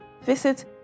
visit